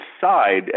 side